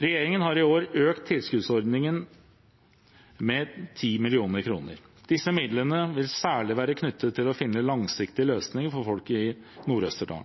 Regjeringen har i år økt tilskuddsordningen med 10 mill. kr. Disse midlene vil særlig være knyttet til å finne langsiktige løsninger for folk i Nord-Østerdal.